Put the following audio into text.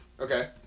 Okay